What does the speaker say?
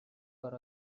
for